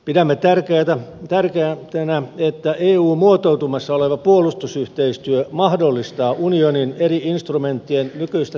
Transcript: pidämme tärkeänä että eun muotoutumassa oleva puolustusyhteistyö mahdollistaa unionin eri instrumenttien nykyistä tehokkaamman käytön